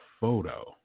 photo